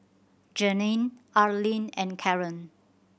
Jeanine Arlene and Karon